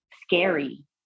scary